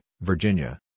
Virginia